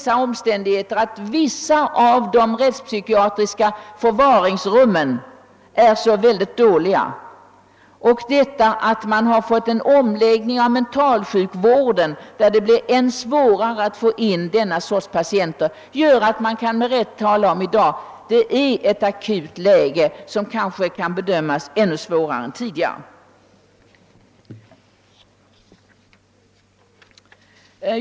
De omständigheterna att de rättspsykiatriska förvaringsrummen i vissa fall är så dåliga och att omläggning av mentalsjukvården medfört att det blir ännu svårare att få in kriminalpatienter på sjukhusen gör emellertid att man med rätta kan säga, att de akuta svårigheterna är större än tidigare.